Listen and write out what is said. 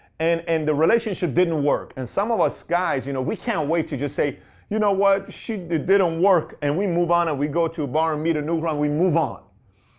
and and the relationship didn't work. and some of us guys, you know, we can't wait to just say you know what, it didn't work. and we move on and we go to a bar and meet a new girl. and we move on.